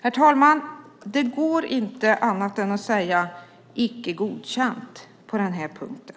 Herr talman! Det går inte att säga annat än icke godkänt på den här punkten.